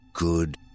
Good